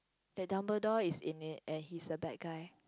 the Dumbledore is in it and he is a bad guy